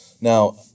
Now